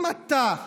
אם אתה,